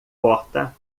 porta